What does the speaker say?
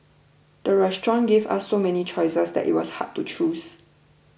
the restaurant gave us so many choices that it was hard to choose